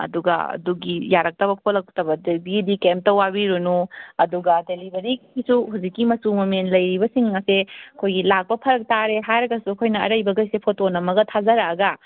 ꯑꯗꯨꯒ ꯑꯗꯨꯒꯤ ꯌꯥꯔꯛꯇꯕ ꯈꯣꯠꯂꯛꯇꯕꯗꯨꯒꯤꯗꯤ ꯀꯩꯝꯇ ꯋꯥꯕꯤꯔꯨꯅꯨ ꯑꯗꯨꯒ ꯗꯦꯂꯤꯕꯔꯤꯒꯤꯁꯨ ꯍꯧꯖꯤꯛꯀꯤ ꯃꯆꯨ ꯃꯃꯦꯟ ꯂꯩꯔꯤꯕꯁꯤꯡ ꯑꯁꯦ ꯑꯩꯈꯣꯏꯒꯤ ꯂꯥꯛꯄ ꯐꯔꯛ ꯇꯥꯔꯦ ꯍꯥꯏꯔꯒꯁꯨ ꯑꯩꯈꯣꯏꯅ ꯑꯔꯩꯕꯒꯩꯁꯦ ꯐꯣꯇꯣ ꯅꯝꯃꯒ ꯊꯥꯖꯔꯛꯑꯒ